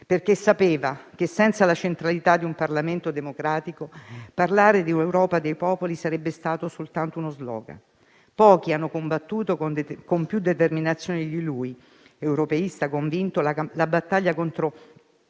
perché sapeva che, senza la centralità di un Parlamento democratico, parlare di Europa dei popoli sarebbe stato soltanto uno *slogan*. Pochi hanno combattuto con più determinazione di lui, europeista convinto, la battaglia contro